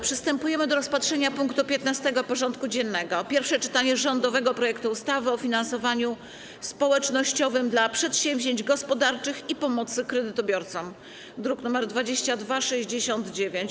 Przystępujemy do rozpatrzenia punktu 15. porządku dziennego: Pierwsze czytanie rządowego projektu ustawy o finansowaniu społecznościowym dla przedsięwzięć gospodarczych i pomocy kredytobiorcom (druk nr 2269)